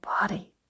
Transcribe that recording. body